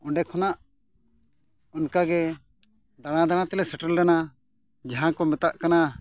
ᱚᱸᱰᱮ ᱠᱷᱚᱱᱟᱜ ᱚᱱᱠᱟᱜᱮ ᱫᱟᱬᱟᱼᱫᱟᱬᱟ ᱛᱮᱞᱮ ᱥᱮᱴᱮᱨ ᱞᱮᱱᱟ ᱡᱟᱦᱟᱸ ᱠᱚ ᱢᱮᱛᱟᱜ ᱠᱟᱱᱟ